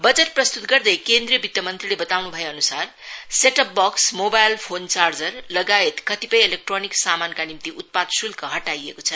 budget प्रस्तुत गर्दै केन्द्रीय वित्त मंत्रीले बताउनु भए अनुसार set top box mobile phone charger लगायत कतिपय इलेक्ट्रोनिक सामनको निम्ति उत्पाद शुल्क हटाइएको छ